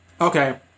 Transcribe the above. okay